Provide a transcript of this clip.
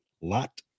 lot